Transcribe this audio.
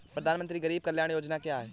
प्रधानमंत्री गरीब कल्याण योजना क्या है?